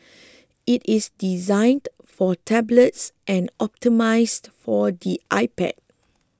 it is designed for tablets and optimised for the iPad